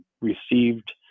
received